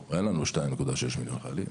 אין לנו 2.6 מיליון חיילים.